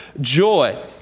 joy